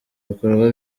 bikorwa